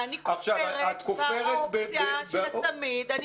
ואני כופרת באופציה של הצמיד.